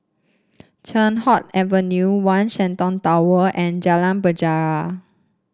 Teow Hock Avenue One Shenton Tower and Jalan Penjara